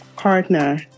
partner